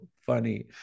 funny